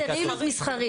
סטרילית מסחרית.